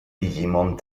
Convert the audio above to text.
digimon